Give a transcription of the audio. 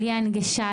בלי הנגשה,